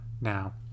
Now